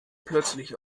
plötzlich